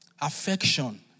affection